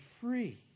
free